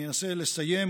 אני אנסה לסיים.